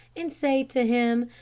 and say to him,